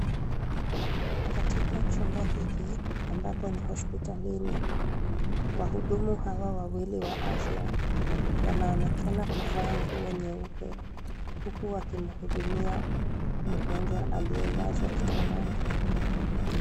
Katika chumba hiki ambapo ni hospitalini, wahudumu hawa wawili wa afya wana onekana waki vaa nguo nyeupe huku wakimhudumia mgonjwa aliye lazwa kitandani.